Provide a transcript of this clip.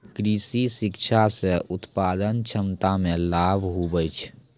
कृषि शिक्षा से उत्पादन क्षमता मे लाभ हुवै छै